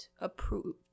approved